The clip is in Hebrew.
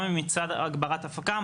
גם אם מצד הגברת הפקה,